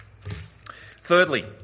Thirdly